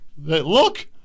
Look